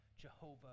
Jehovah